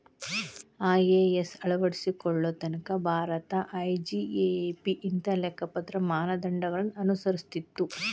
IAS ಅಳವಡಿಸಿಕೊಳ್ಳೊ ತನಕಾ ಭಾರತ ಐ.ಜಿ.ಎ.ಎ.ಪಿ ಇಂದ ಲೆಕ್ಕಪತ್ರ ಮಾನದಂಡಗಳನ್ನ ಅನುಸರಿಸ್ತಿತ್ತು